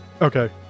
Okay